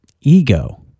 ego